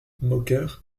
moqueur